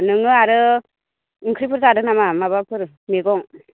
नोङो आरो ओंख्रिफोर जादों नामा माबाफोर मैगं